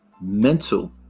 mental